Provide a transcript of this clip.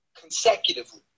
consecutively